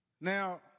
Now